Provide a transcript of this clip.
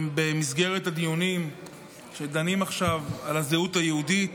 במסגרת הדיונים שדנים עכשיו על הזהות היהודית,